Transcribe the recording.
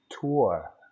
tour